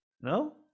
No